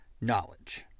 knowledge